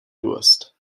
durst